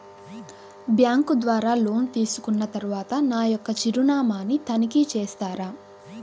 Bank ద్వారా loan తీసుకున్న తరువాత నా యొక్క చిరునామాని తనిఖీ చేస్తారా?